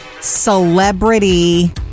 celebrity